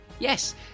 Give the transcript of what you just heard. Yes